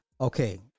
Okay